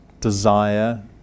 desire